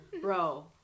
bro